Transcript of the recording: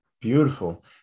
Beautiful